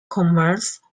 commerce